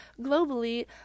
Globally